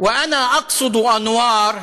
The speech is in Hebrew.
ילד כותב על קיר / ילד, ואני מתכוון לאנוור,